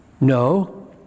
No